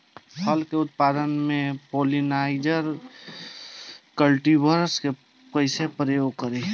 फल के उत्पादन मे पॉलिनाइजर कल्टीवर्स के कइसे प्रयोग करी?